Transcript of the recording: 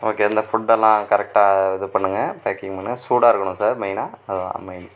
okay இந்த ஃபுட்டெல்லாம் கரெக்டாக இது பண்ணுங்க பேக்கிங் பண்ணுங்க சூடாயிருக்கணும் சார் மெயினாக அதுதான் மெயின்